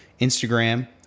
Instagram